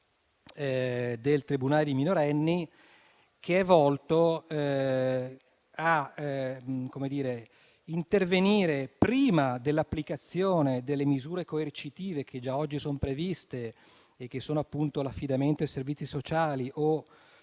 del tribunale dei minorenni che è volto ad intervenire prima dell'applicazione delle misure coercitive che già oggi sono previste e che sono l'affidamento ai servizi sociali o